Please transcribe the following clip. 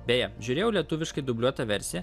beje žiūrėjau lietuviškai dubliuotą versiją